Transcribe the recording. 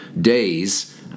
days